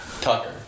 Tucker